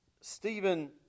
Stephen